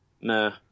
Nah